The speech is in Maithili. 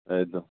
दइ दऽ